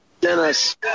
Dennis